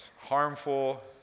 harmful